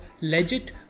legit